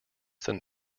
than